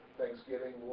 thanksgiving